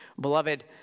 Beloved